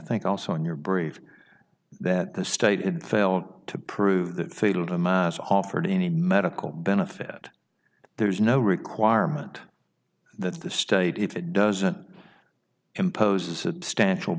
think also in your brief that the state in failed to prove that fatal to a mass offered any medical benefit there's no requirement that the state if it doesn't impose a substantial